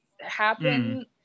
happen